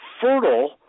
fertile